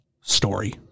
story